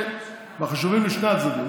החשובים לשני הצדדים.